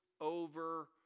over